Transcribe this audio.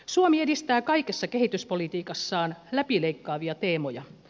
suomi edistää kaikessa kehityspolitiikassaan läpileikkaavia teemoja